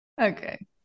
Okay